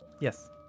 Yes